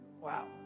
wow